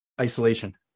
isolation